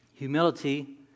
Humility